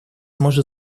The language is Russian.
может